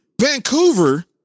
Vancouver